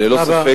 ללא ספק,